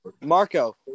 Marco